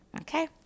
Okay